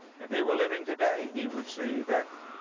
and if he were living today, he would see that